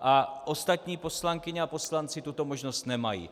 a ostatní poslankyně a poslanci tuto možnost nemají.